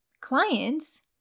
clients